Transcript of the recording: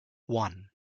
one